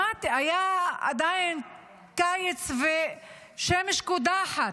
היה עדיין קיץ ושמש קודחת,